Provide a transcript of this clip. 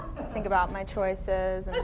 think about my choices and